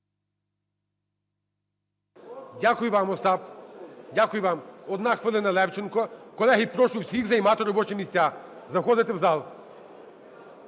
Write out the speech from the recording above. Дякую вам. Одна хвилина, Левченко. Колеги, прошу всіх займати робочі місця, заходити у зал.